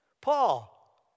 Paul